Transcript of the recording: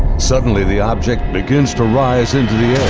suddenly the object begins to rise into the